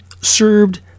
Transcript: served